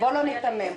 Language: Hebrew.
בל ניתמם,